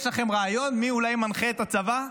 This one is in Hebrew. יש לכם אולי רעיון מי מנחה את הצבא?